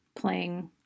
playing